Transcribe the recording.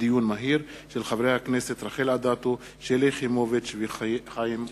חברי הכנסת רחל אדטו, שלי יחימוביץ וחיים אורון.